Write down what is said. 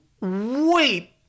wait